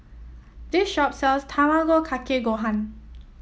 this shop sells Tamago Kake Gohan